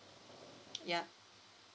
ya